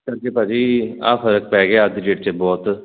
ਇਸ ਕਰਕੇ ਭਾਅ ਜੀ ਆਹ ਫਰਕ ਪੈ ਗਿਆ ਬਹੁਤ